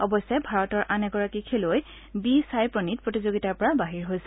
অৱশ্যে ভাৰতৰ আন এগৰাকী খেলুৱৈ বি চাইপ্ৰণিত প্ৰতিযোগিতাৰ পৰা বাহিৰ হৈছে